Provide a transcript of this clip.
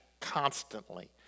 constantly